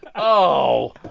oh.